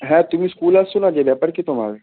হ্যাঁ তুমি স্কুল আসছ না যে ব্যাপার কী তোমার